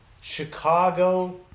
chicago